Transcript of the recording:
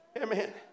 Amen